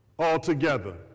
Altogether